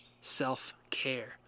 self-care